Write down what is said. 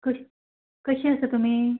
कश कशी आसा तुमी